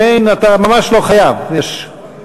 אם אין, אתה ממש לא חייב, יש,